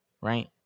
right